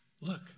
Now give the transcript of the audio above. look